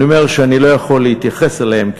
אני אומר שאני לא יכול להתייחס אליהן,